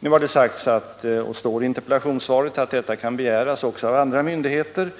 Nu har det sagts, och det står i interpellationssvaret, att detta kan begäras också av andra myndigheter.